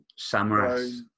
Samaras